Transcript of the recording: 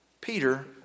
Peter